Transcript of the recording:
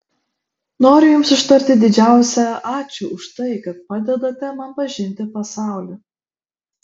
noriu jums ištarti didžiausią ačiū už tai kad padedate man pažinti pasaulį